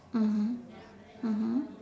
mmhmm mmhmm